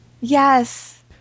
Yes